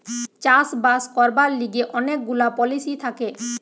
চাষ বাস করবার লিগে অনেক গুলা পলিসি থাকে